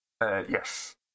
yes